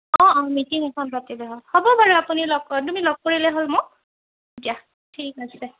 অঁ অঁ মিটিং এখন পাতিলে হ'ব বাৰু আপুনি লগ তুমি লগ কৰিলে হ'ল মোক দিয়া ঠিক আছে